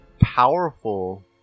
powerful